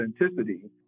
authenticity